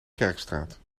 kerkstraat